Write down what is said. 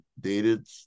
dated